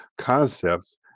concepts